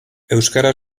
euskara